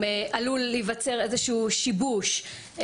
עלול להיווצר איזשהו שיבוש.